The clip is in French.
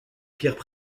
pierres